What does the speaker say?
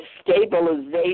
stabilization